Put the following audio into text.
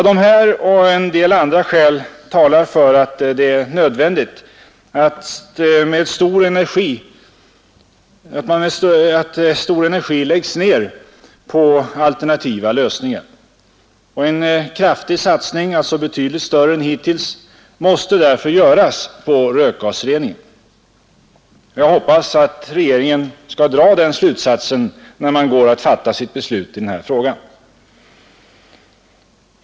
De här och en del andra skäl talar för att det är nödvändigt att stor energi läggs ner på alternativa lösningar. En kraftig satsning — betydligt större än hittills — måste därför göras på rökgasreningen. Jag hoppas att regeringen kommer att dra den slutsatsen när den tar ställning i den här frågan.